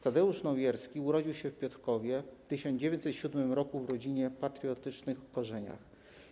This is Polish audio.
Tadeusz Nowierski urodził się w Piotrkowie w 1907 r. w rodzinie o patriotycznych korzeniach.